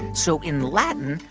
so in latin,